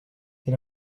est